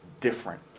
different